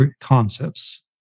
concepts